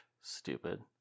stupid